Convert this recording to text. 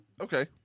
Okay